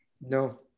No